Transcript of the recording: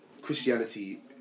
Christianity